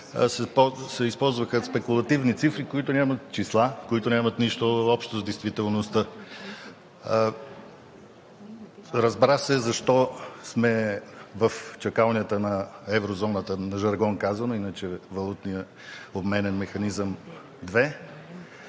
се използваха спекулативни цифри, числа, които нямат нищо общо с действителността. Разбра се защо сме в чакалнята на еврозоната, на жаргон казано, иначе – във Валутния обменен механизъм 2,